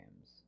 games